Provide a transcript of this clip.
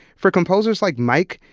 for composers like mike,